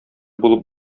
булып